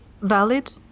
valid